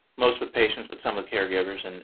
most with patients, but some with caregivers. and